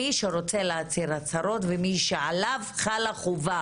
מי שרוצה להצהיר הצהרות ומי שעליו חלה חובה